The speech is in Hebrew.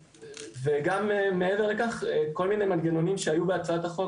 וגם מעבר לכך, כל מיני מנגנונים שהיו בהצעת החוק